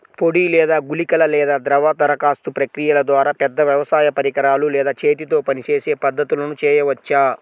పొడి లేదా గుళికల లేదా ద్రవ దరఖాస్తు ప్రక్రియల ద్వారా, పెద్ద వ్యవసాయ పరికరాలు లేదా చేతితో పనిచేసే పద్ధతులను చేయవచ్చా?